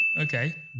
Okay